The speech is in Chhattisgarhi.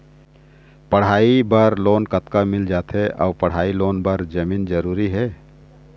पढ़ई बर लोन कतका मिल जाथे अऊ पढ़ई लोन बर जमीन जरूरी हे?